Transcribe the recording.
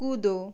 कूदो